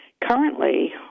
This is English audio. Currently